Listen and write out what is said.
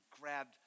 grabbed